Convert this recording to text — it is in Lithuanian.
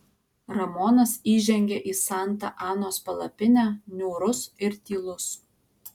ramonas įžengė į santa anos palapinę niūrus ir tylus